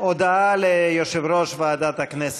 הודעה ליושב-ראש ועדת הכנסת.